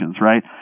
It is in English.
right